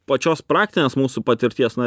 pačios praktinės mūsų patirties na